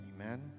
Amen